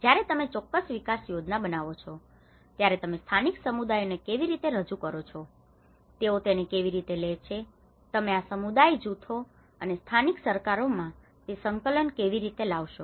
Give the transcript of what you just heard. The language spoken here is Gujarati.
જ્યારે તમે ચોક્કસ વિકાસ યોજના બનાવો છો ત્યારે તમે સ્થાનિક સમુદાયોને કેવી રીતે રજૂ કરો છો તેઓ તેને કેવી રીતે લે છે તમે આ સમુદાય જૂથો અને સ્થાનિક સરકારોમાં તે સંકલન કેવી રીતે લાવશો